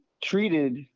treated